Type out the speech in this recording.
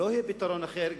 לא יהיה פתרון אחר,